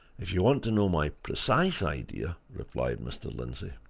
if you want to know my precise idea, replied mr. lindsey,